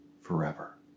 forever